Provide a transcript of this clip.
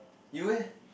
you leh